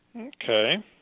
Okay